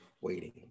waiting